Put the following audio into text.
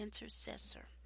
intercessor